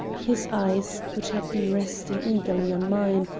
his eyes, which had been resting eagerly on mine,